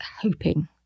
hoping